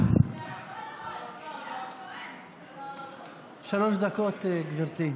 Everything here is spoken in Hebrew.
תן שלוש דקות, גברתי.